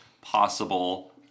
possible